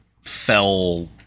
fell